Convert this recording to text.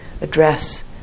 address